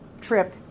trip